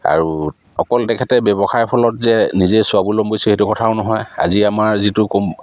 আৰু অকল তেখেতে ব্যৱসায়ৰ ফলত যে নিজে স্বাৱলম্বী হৈছে সেইটো কথাও নহয় আজি আমাৰ যিটো